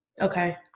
Okay